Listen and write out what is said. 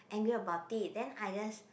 angry about it then I just